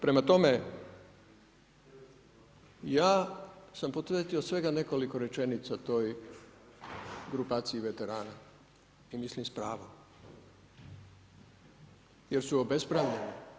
Prema tome, ja sam posvetio svega nekoliko rečenica toj grupaciji veterana i mislim s pravom, jer su obespravljeni.